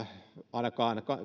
ainakaan